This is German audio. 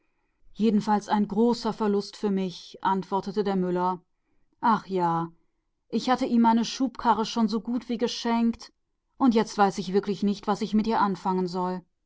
jedenfalls ein schwerer verlust sagte der müller ich hatte ihm meinen karren schon so gut wie geschenkt und jetzt weiß ich nicht was ich damit anfangen soll